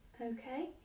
Okay